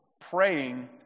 praying